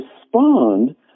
respond